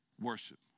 worship